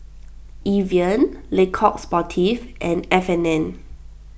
Evian Le Coq Sportif and F and N